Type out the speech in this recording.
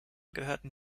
gehörten